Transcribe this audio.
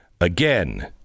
Again